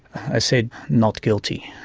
said not guilty.